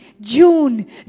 June